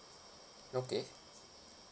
okay